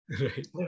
Right